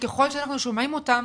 שככל שאנחנו שומעים אותם